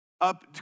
up